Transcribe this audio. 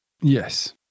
Yes